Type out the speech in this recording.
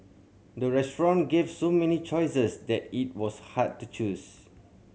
the restaurant gave so many choices that it was hard to choose